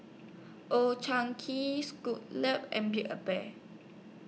Old Chang Kee and Build A Bear